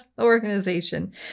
Organization